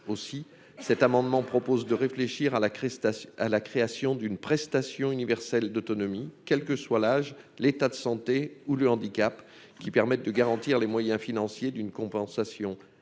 aussi, cet amendement propose de réfléchir à la crise à la création d'une prestation universelle d'autonomie, quelle que soit l'âge, l'état de santé ou le handicap qui permettent de garantir les moyens financiers d'une compensation